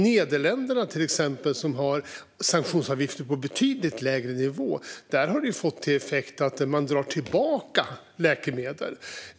I till exempel Nederländerna, som har sanktionsavgifter på en betydligt lägre nivå, har detta fått effekten att företagen drar tillbaka läkemedel.